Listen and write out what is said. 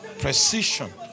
Precision